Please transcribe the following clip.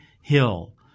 Hill